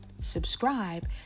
subscribe